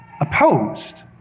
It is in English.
opposed